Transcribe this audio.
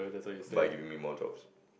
by giving me more jobs